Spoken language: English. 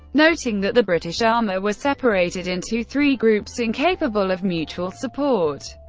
noting that the british armour was separated into three groups incapable of mutual support,